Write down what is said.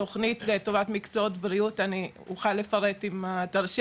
התוכנית לטובת מקצועות בריאות אני אוכל לפרט אם תרשה